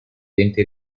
denti